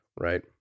Right